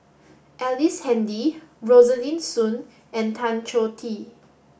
Ellice Handy Rosaline Soon and Tan Choh Tee